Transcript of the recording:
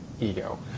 ego